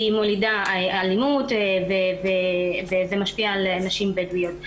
היא מולידה אלימות וזה משפיע על הנשים הבדואיות.